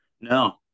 No